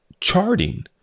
charting